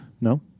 No